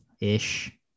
ish